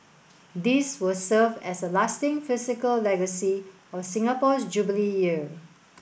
these will serve as a lasting physical legacy of Singapore's Jubilee Year